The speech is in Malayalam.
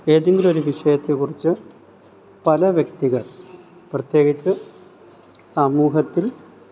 ഏതെങ്കിലുമൊരു വിഷയത്തെക്കുറിച്ച് പല വ്യക്തികള് പ്രത്യേകിച്ച് സമൂഹത്തില്